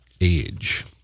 age